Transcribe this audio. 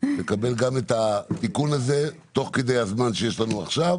לקבל גם את התיקון הזה תוך כדי הזמן שיש לנו עכשיו,